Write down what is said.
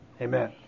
Amen